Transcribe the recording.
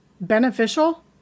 beneficial